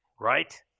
Right